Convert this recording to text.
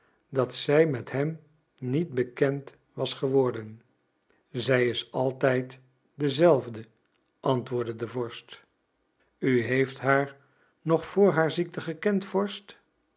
dat zij met hem niet bekend was geworden zij is altijd dezelfde antwoordde de vorst u heeft haar nog voor haar ziekte gekend vorst